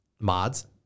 mods